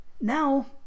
Now